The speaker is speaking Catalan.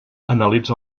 analitza